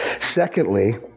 Secondly